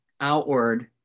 outward